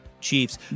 Chiefs